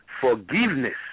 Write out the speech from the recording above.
Forgiveness